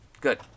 good